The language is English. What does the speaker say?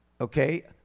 Okay